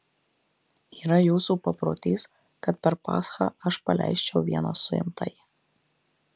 yra jūsų paprotys kad per paschą aš paleisčiau vieną suimtąjį